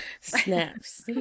snaps